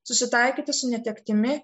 susitaikyti su netektimi